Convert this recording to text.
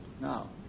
Now